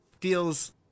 feels